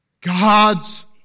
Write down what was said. God's